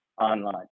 online